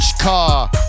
car